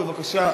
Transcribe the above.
בבקשה,